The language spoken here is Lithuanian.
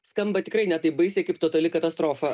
skamba tikrai ne taip baisiai kaip totali katastrofa